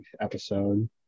episode